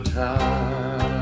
time